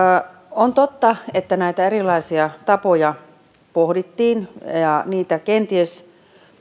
on totta että näitä erilaisia tapoja pohdittiin ja niitä kenties